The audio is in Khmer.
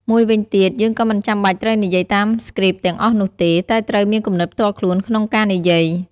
មួយវិញទៀតយើងក៏មិនចាំបាច់ត្រូវនិយាយតាមស្គ្រីបទាំងអស់នោះទេ តែត្រូវមានគំនិតផ្ទាល់ខ្លួនក្នុងការនិយាយ។